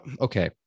Okay